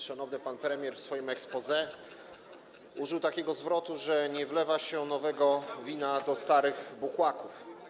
Szanowny pan premier w swoim exposé użył takiego zwrotu, że nie wlewa się nowego wina do starych bukłaków.